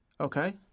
Okay